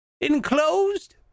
Enclosed